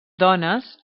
dones